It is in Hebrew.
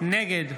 נגד